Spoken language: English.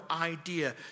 idea